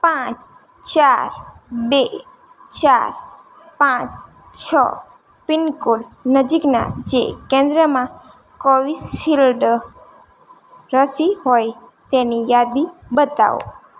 પાંચ ચાર બે ચાર પાંચ છ પિનકોડ નજીકના જે કેન્દ્રમાં કોવિશીલ્ડ રસી હોય તેની યાદી બતાવો